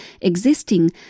existing